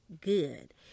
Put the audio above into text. good